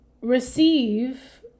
receive